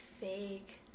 fake